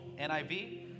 NIV